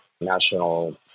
national